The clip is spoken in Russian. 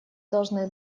должны